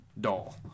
doll